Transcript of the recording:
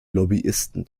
lobbyisten